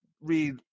read